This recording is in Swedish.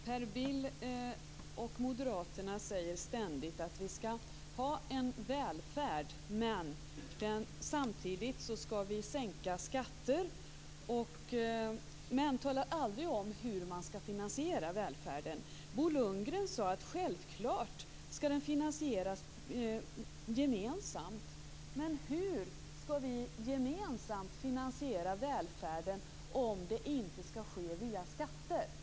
Herr talman! Per Bill och moderaterna säger ständigt att vi skall ha en välfärd. Samtidigt skall skatterna sänkas. Men de talar aldrig om hur man skall finansiera välfärden. Bo Lundgren sade att den självfallet skall finansieras gemensamt. Men hur skall vi gemensamt finansiera välfärden om det inte skall ske via skatter?